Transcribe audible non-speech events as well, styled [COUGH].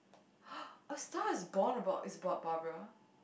[NOISE] a Star-Is-Born about it's about Barbara